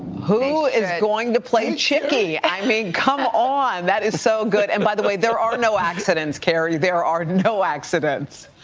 who is going to play and chickie? i mean come on. that is so good. and by the way, there are no accidents, kerry, there are no accidents.